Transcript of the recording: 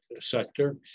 sector